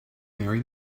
marry